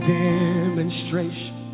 demonstration